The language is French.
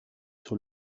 sur